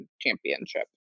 championship